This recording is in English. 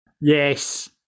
Yes